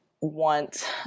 want